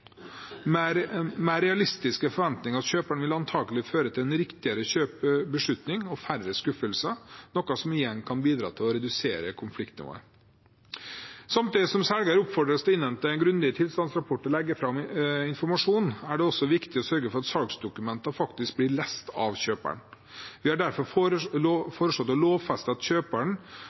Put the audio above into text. Mer realistiske forventninger hos kjøperen vil antagelig føre til en riktigere beslutning og færre skuffelser, noe som igjen kan bidra til å redusere konfliktnivået. Samtidig som selgeren oppfordres til å innhente en grundig tilstandsrapport og legge fram informasjon, er det også viktig å sørge for at salgsdokumentene faktisk blir lest av kjøperen. Vi har derfor foreslått å lovfeste at kjøperen